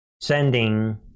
sending